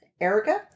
Erica